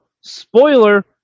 spoiler